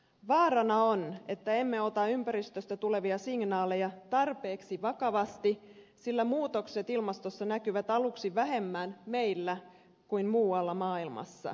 vaarana on että emme ota ympäristöstä tulevia signaaleja tarpeeksi vakavasti sillä muutokset ilmastossa näkyvät aluksi vähemmän meillä kuin muualla maailmassa